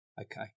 Okay